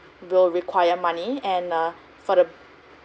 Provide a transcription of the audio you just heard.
will require money and uh for the